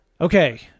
okay